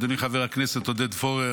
אדוני חבר הכנסת עודד פורר,